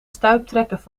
stuiptrekkingen